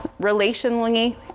relationally